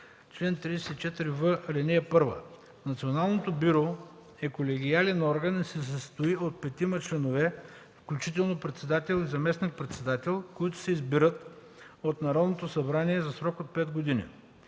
„Чл. 34в. (1) Националното бюро е колегиален орган и се състои от 5 членове, включително председател и заместник-председател, които се избират от Народното събрание за срок 5 години.